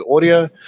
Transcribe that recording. audio